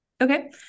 okay